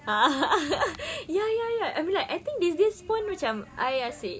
ya ya ya I mean like I think these days pun macam I asyik